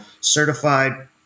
certified